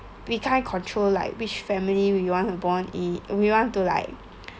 we can't control like which family we want born in we want to like